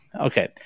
okay